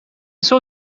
saw